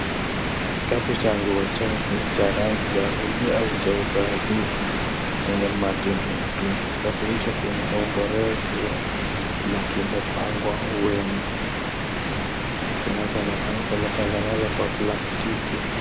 Kikapu cha nguo chafu cha rangi waridi ama nyeupe hafifu chenye matundu matundu. Kikapu hicho kina umbo refu na kimepangwa wema，kinachoonekana kimetengenezwa na plastiki.